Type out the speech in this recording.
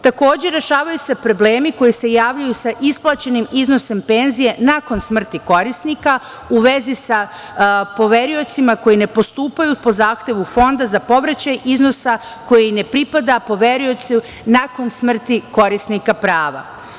Takođe, rešavaju se problemi koji se javljaju sa isplaćenim iznosom penzije nakon smrti korisnika, u vezi sa poveriocima koji ne postupaju po zahtevu Fonda za povraćaj iznosa koji i ne pripada poveriocu nakon smrti korisnika prava.